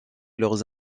leurs